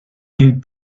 gilt